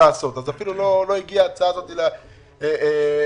בשבוע שעבר קיימנו דיון בנושא.